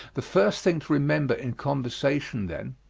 the first thing to remember in conversation, then,